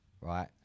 right